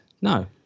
No